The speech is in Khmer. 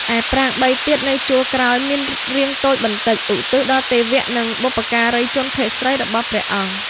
ឯប្រាង្គ ៣ ទៀត នៅជួរក្រោយ មាន រាងតូចបន្តិច ឧទ្ទិសដល់ទេវៈ និង បុព្វការីជនភេទស្រីរបស់ព្រះអង្គ ។